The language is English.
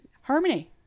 Harmony